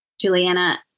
Juliana